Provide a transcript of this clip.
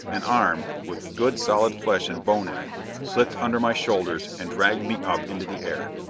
an arm with good, solid flesh and bone in it slipped under my shoulders and dragged me up into the air.